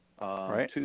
Right